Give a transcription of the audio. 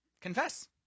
Confess